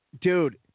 Dude